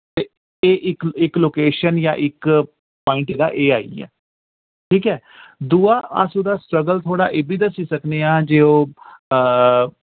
ते एह् इक इक लोकेशन यां इक पोइन्ट इदा एह् आइया ठीक ऐ दुआ अस उ'दा स्ट्रगल थोह्ड़ा एह् वि दस्सी सकने आं जे ओह्